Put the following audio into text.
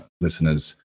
listeners